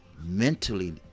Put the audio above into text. mentally